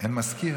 אין מזכיר?